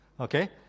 okay